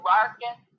Larkin